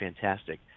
fantastic